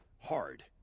hard